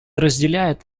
разделяет